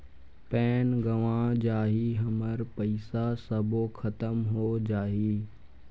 Pan गंवा जाही हमर पईसा सबो खतम हो जाही?